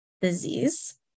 disease